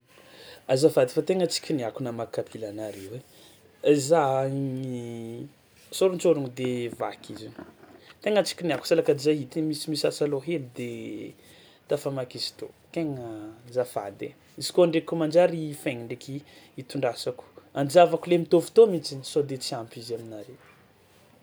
Azafady fa tegna tsy kiniako namaky kapilanareo ai, izaho ni- nisôlontsôlogno de vaky izy, tegna tsy kiniako salakady za edy misimisy asa lôha hely de tafamaky izy tô, tegna azafady ai. Izy koa ndraiky kôa manjary ifaigna ndraiky itondrasako, anjavako le mitôvy tô mihitsiny sao de tsy ampy izy aminare.